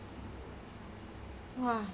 !wah!